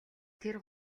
тэр